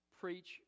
preach